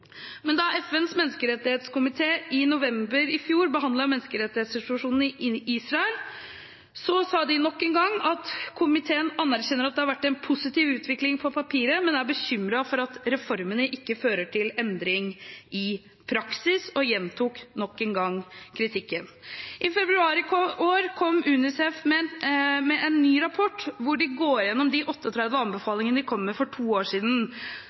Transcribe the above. Men da FNs menneskerettskomité i november i fjor behandlet menneskerettighetssituasjonen i Israel, sa de nok en gang at komiteen anerkjenner at det har vært en positiv utvikling på papiret, men de er bekymret for at reformene ikke fører til endring i praksis og gjentok nok en gang kritikken. I februar i år kom UNICEF med en ny rapport, hvor de går gjennom de 38 anbefalingene de kom med for to år siden.